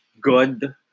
good